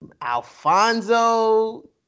Alfonso